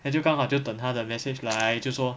then 就刚好等她的 message 来就说